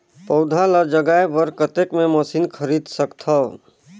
पौधा ल जगाय बर कतेक मे मशीन खरीद सकथव?